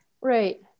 Right